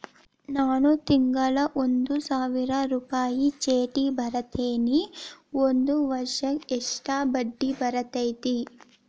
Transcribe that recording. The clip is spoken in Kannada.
ನಾನು ತಿಂಗಳಾ ಒಂದು ಸಾವಿರ ರೂಪಾಯಿ ಚೇಟಿ ತುಂಬತೇನಿ ಒಂದ್ ವರ್ಷಕ್ ಎಷ್ಟ ಬಡ್ಡಿ ಬರತೈತಿ?